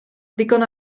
ddigon